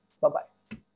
Bye-bye